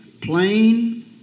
plain